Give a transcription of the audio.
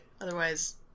Otherwise